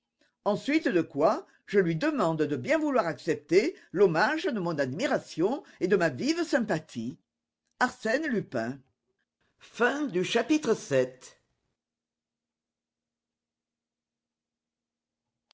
suite de quoi je lui demande de bien vouloir accepter l'hommage de mon admiration et de ma vive sympathie arsène lupin